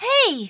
Hey